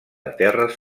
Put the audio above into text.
terres